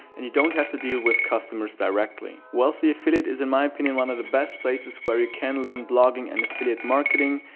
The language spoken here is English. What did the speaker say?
and you don't have to deal with customers directly. wealth affiliate is, in my opinion, one of the best places where you can learn blogging and affiliate marketing,